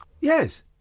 Yes